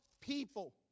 people